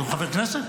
הוא חבר כנסת,